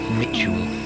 ritual